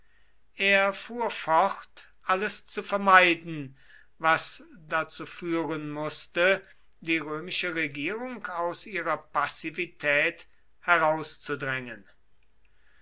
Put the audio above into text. er fuhr fort alles zu vermeiden was dazu führen mußte die römische regierung aus ihrer passivität herauszudrängen